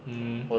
mm